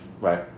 right